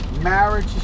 marriage